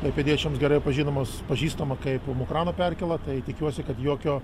klaipėdiečiams gerai pažinamos pažįstama kaip mukrano perkėla tai tikiuosi kad jokio